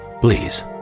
Please